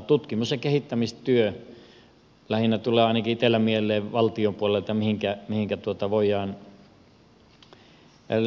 tutkimus ja kehittämistyö lähinnä tulee ainakin itselläni mieleen mihinkä voidaan valtion puolelta